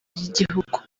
ry’igihugu